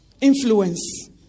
influence